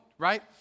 Right